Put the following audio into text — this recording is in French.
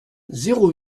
zéro